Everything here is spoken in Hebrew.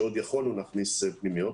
כשעוד יכולנו להכניס פנימיות.